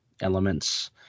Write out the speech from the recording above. elements